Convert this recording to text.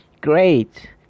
Great